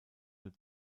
nur